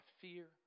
fear